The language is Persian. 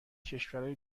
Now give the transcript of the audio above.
کشورای